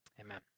Amen